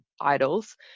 idols